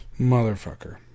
Motherfucker